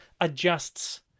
adjusts